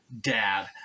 dad